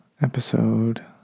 episode